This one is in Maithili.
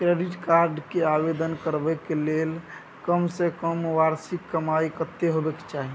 क्रेडिट कार्ड के आवेदन करबैक के लेल कम से कम वार्षिक कमाई कत्ते होबाक चाही?